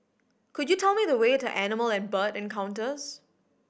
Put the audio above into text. could you tell me the way to Animal and Bird Encounters